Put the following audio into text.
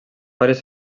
pares